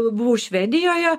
buvau švedijoje